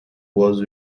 was